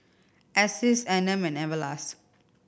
Asics Anmum and Everlast